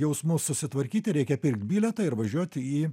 jausmus susitvarkyti reikia pirkt bilietą ir važiuoti į